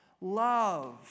love